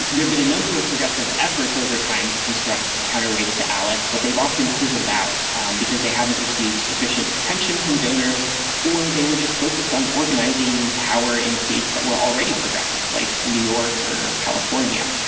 and there've been a number of progressive efforts over time to construct counterweights to alec, but they've often fizzled out because they haven't received sufficient attention from donors or they were just focused on organizing power in states that were already progressive like new york or california.